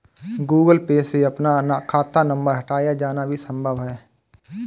Google Pay से अपना खाता नंबर हटाया जाना भी संभव है